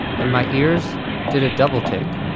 and my ears did a double take.